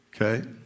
okay